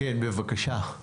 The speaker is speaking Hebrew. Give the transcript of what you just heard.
כן, בבקשה.